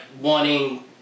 wanting